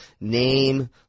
name